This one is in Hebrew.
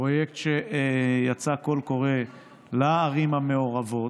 פרויקט שבו יצא קול קורא לערים המעורבות,